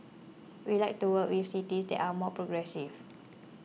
we like to work with cities that are more progressive